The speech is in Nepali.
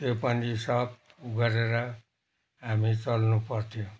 त्यो पनि सब गरेर हामी चल्नुपर्थ्यो